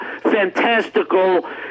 fantastical